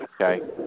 okay